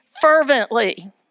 fervently